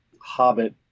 Hobbit